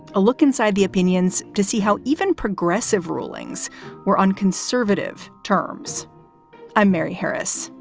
a look inside the opinions to see how even progressive rulings were on conservative terms i'm mary harris.